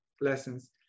lessons